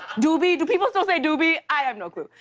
doobie. do people still say doobie? i have no clue.